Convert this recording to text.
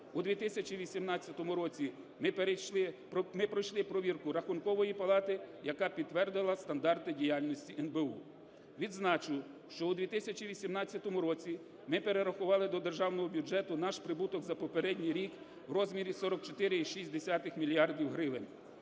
ми перейшли… ми пройшли провірку Рахункової палати, яка підтвердила стандарти діяльності НБУ. Відзначу, що в 2018 році ми перерахували до державного бюджету наш прибуток за попередній рік в розмірі 44,6 мільярда